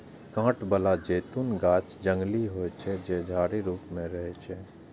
कांट बला जैतूनक गाछ जंगली होइ छै, जे झाड़ी रूप मे रहै छै